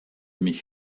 mich